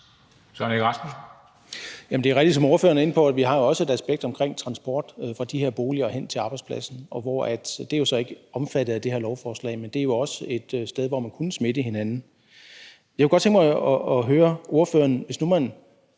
Søren Egge Rasmussen (EL): Det er rigtigt, som ordføreren er inde på, at vi også har et aspekt i forhold til transport fra de her boliger og hen til arbejdspladsen. Det er så ikke omfattet af det her lovforslag, men det er også et sted, hvor man kunne smitte hinanden. Jeg kunne godt tænke mig at høre ordføreren: Hvis nu man